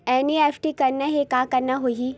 NEFT करना हे का करना होही?